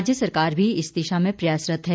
राज्य सरकार भी इस दिशा में प्रयासरत है